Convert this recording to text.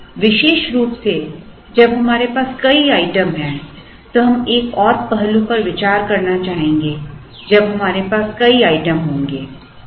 अब विशेष रूप से जब हमारे पास कई आइटम हैं तो हम एक और पहलू पर विचार करना चाहेंगे जब हमारे पास कई आइटम होंगे